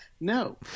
No